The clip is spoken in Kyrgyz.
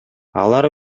алар